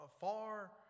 far